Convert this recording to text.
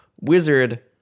Wizard